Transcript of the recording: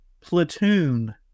Platoon